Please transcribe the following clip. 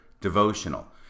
devotional